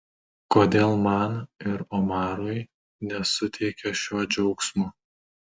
kodėl man ir omarui nesuteikė šio džiaugsmo